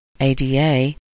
ADA